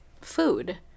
food